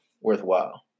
worthwhile